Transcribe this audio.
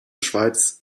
schweiz